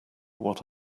what